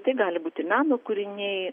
tai gali būti meno kūriniai